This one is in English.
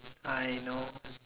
I know